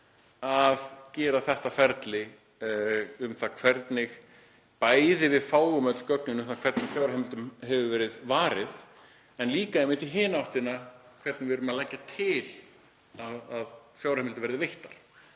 að gera þetta ferli betra, hvernig við fáum öll gögn um það hvernig fjárheimildum hefur verið varið en líka í hina áttina, hvernig við erum að leggja til að fjárheimildir verði veittar.